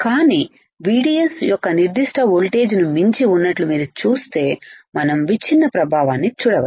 కాని VDS యొక్క నిర్దిష్ట వోల్టేజ్ను మించి ఉన్నట్లు మీరు చూస్తే మనం విచ్ఛిన్న ప్రభావాన్ని చూడవచ్చు